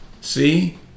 See